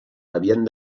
havien